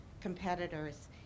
competitors